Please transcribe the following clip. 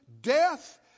death